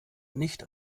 nicht